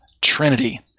Trinity